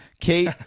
Kate